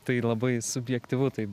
tai labai subjektyvu tai